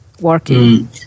working